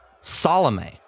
Salome